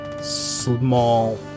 small